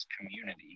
Community